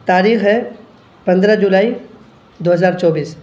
تاریخ ہے پندرہ جولائی دو ہزار چوبیس